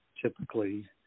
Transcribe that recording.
typically